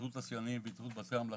התאחדות תעשיינים והתאחדות בתי המלאכה.